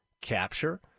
capture